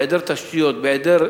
בהיעדר תשתיות,